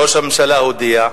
ראש הממשלה הודיע,